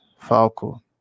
Falco